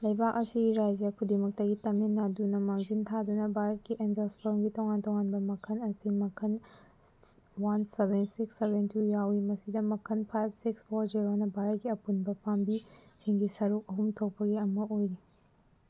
ꯂꯩꯕꯥꯛ ꯑꯁꯤꯒꯤ ꯔꯥꯏꯖ꯭ꯌꯥ ꯈꯨꯗꯤꯡꯃꯛꯇꯒꯤ ꯇꯥꯃꯤꯜ ꯅꯥꯗꯨꯅ ꯃꯥꯡꯖꯤꯜ ꯊꯥꯗꯨꯅ ꯚꯥꯔꯠꯀꯤ ꯑꯦꯟꯖꯣꯁꯐꯣꯔꯝꯒꯤ ꯇꯣꯉꯥꯟ ꯇꯣꯉꯥꯟꯕ ꯃꯈꯜ ꯑꯁꯤ ꯃꯈꯜ ꯋꯥꯟ ꯁꯕꯦꯟ ꯁꯤꯛꯁ ꯁꯕꯦꯟꯁꯨ ꯌꯥꯎꯋꯤ ꯃꯁꯤꯗ ꯃꯈꯜ ꯐꯥꯏꯕ ꯁꯤꯛꯁ ꯐꯣꯔ ꯖꯤꯔꯣꯅ ꯚꯥꯔꯠꯀꯤ ꯑꯄꯨꯟꯕ ꯄꯥꯝꯕꯤ ꯁꯤꯡꯒꯤ ꯁꯔꯨꯛ ꯑꯍꯨꯝ ꯊꯣꯛꯄꯒꯤ ꯑꯃ ꯑꯣꯏꯔꯤ